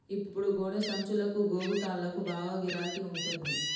ఇప్పుడు గోనె సంచులకు, గోగు తాళ్లకు బాగా గిరాకి ఉంటంది